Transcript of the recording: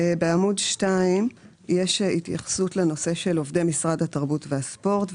בעמוד 2 יש התייחסות לנושא של עובדי משרד התרבות והספורט.